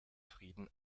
frieden